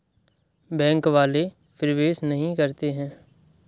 Bank वाले प्रवेश नहीं करते हैं?